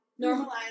Normalize